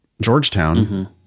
Georgetown